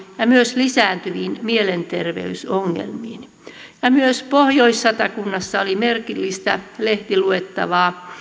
ja myös lisääntyvinä mielenterveysongelmina myös pohjois satakunnassa oli merkillistä lehtiluettavaa